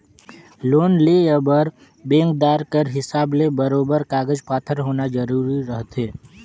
loan लेय बर बेंकदार कर हिसाब ले बरोबेर कागज पाथर होना जरूरी रहथे